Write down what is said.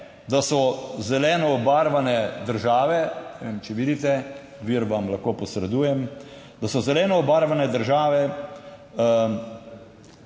da so zeleno obarvane države, ne vem, če vidite, vir vam lahko posredujem, da so zeleno obarvane države